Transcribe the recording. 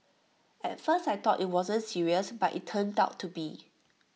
at first I thought IT wasn't serious but IT turned out to be